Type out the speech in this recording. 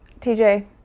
TJ